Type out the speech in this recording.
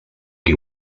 qui